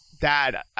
dad